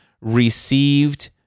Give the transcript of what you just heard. received